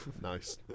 nice